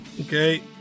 okay